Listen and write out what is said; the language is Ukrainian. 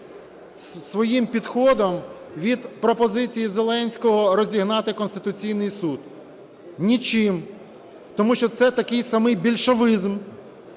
своїм підходом від пропозицій Зеленського розігнати Конституційний Суд? Нічим. Тому що це такий самий більшовизм,